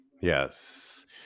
Yes